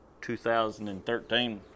2013